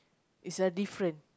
is a different